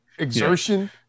Exertion